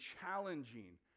challenging